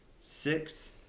Six